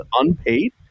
unpaid